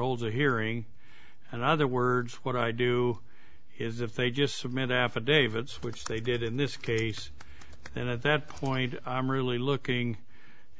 a hearing and other words what i do is if they just submit affidavits which they did in this case and at that point i'm really looking